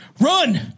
run